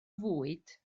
fwyd